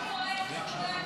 התשפ"ד 2024,